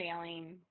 failing